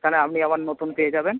তাহলে আপনি আবার নতুন পেয়ে যাবেন